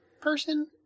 person